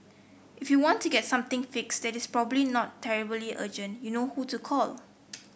if you want to get something fixed that is probably not terribly urgent you know who to call